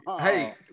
Hey